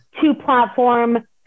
two-platform